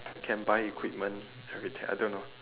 can buy equipment everything I don't know